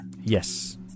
Yes